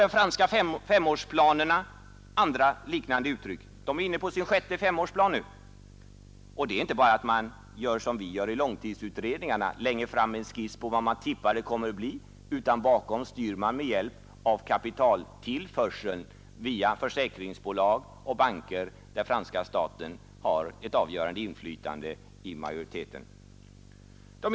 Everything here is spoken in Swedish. De franska femårsplanerna — man är inne på sin sjätte nu — är andra uttryck för liknande strävanden, Och där gör man inte som vi i långtidsutredningarna — lägger fram en skiss på hur man tippar att det kommer att bli — utan man styr utvecklingen med hjälp av kapitaltillförseln via försäkringsbolag och banker, där franska staten har ett avgörande inflytande i majoriteten.